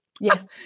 yes